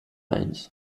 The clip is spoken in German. airlines